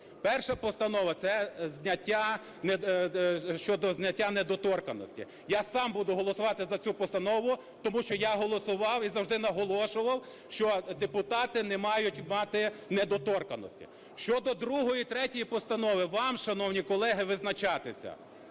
Перша постанова - це зняття, щодо зняття недоторканності. Я сам буду голосувати за цю постанову, тому що я голосував і завжди наголошував, що депутати не мають мати недоторканності. Щодо другої, третьої постанов - вам, шановні колеги, визначатися.